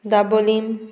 Dabolim